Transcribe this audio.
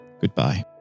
goodbye